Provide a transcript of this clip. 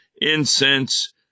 incense